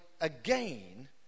again